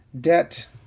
debt